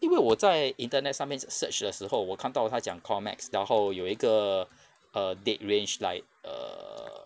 因为我在 internet 上面 search 的时候我看到他讲 comex 然后有一个 err date range like err